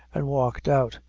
and walked out,